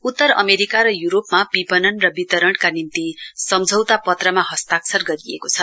उत्तर अमेरिका र यूरोपमा विपणन र वितरणका निम्ति सम्झौता पत्रमा हस्ताक्षर गरिएको छ